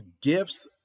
gifts